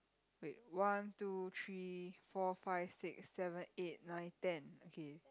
wait one two three four five six seven eight nine ten okay